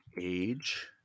age